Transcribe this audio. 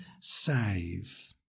save